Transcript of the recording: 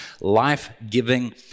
life-giving